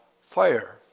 fire